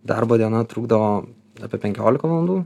darbo diena trukdavo apie penkiolika valandų